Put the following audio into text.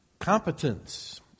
Competence